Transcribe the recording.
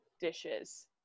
dishes